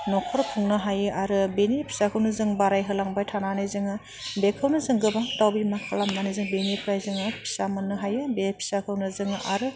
नखर खुंनो हायो आरो बेनि फिसाखौनो जों बारायहोलांबाय थानानै जोङो बेखौनो जों गोबां दाउ बिमा खालामनानै जों बिनिफ्राय जोङो फिसा मोननो हायो बे फिसाखौनो जोङो आरो